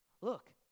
Look